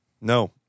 No